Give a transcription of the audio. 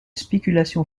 spéculation